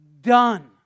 done